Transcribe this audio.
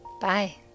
Bye